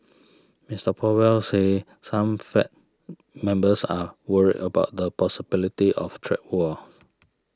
Mister Powell said some Fed members are worried about the possibility of trade war